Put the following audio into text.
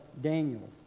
Daniel